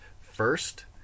first